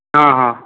ହଁ ହଁ